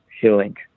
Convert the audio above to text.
healing